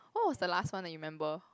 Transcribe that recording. what was the last one that you remember